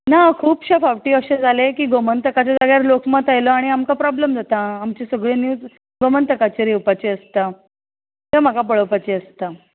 ना खुबशे फावटी अशें जालें की गोमंतकाच्या जाग्यार लोकमत आयलो आनी आमकां प्रोबलेम जाता आमच्यो सगल्यो निव्ज गोमंतकाचेर येवपाची आसता त्यो म्हाका पळोवपाच्यो आसता